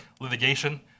litigation